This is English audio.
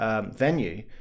venue